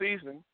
season